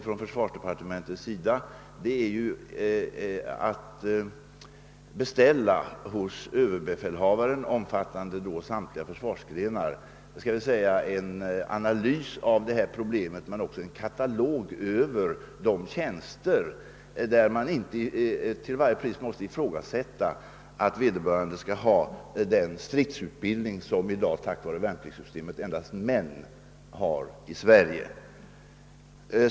Från försvarsdepartementets sida avser vi att hos överbefälhavaren beställa en analys av detta problem omfattande samtliga försvarsgrenar och även en katalog över de tjänster där man inte till varje pris måste förutsätta att vederbörande skall ha den stridsutbildning som för närvarande på grund av värnpliktssystemets utformning endast män har i Sverige.